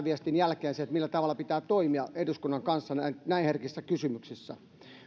viestin jälkeen sen millä tavalla pitää toimia eduskunnan kanssa näin herkissä kysymyksissä